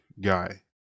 guy